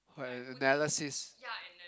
her analysis